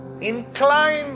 Incline